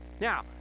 Now